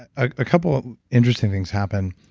a couple interesting things happen.